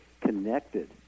connected